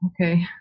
Okay